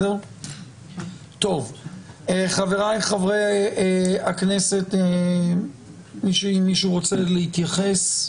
חברי חברי הכנסת, מישהו רוצה להתייחס?